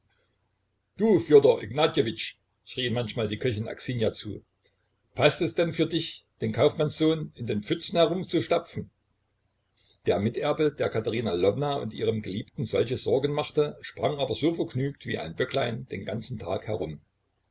du fjodor ignatjewitsch schrie ihm manchmal die köchin aksinja zu paßt es denn für dich den kaufmannssohn in den pfützen herumzustapfen der miterbe der katerina lwowna und ihrem geliebten solche sorgen machte sprang aber so vergnügt wie ein böcklein den ganzen tag herum